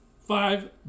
Five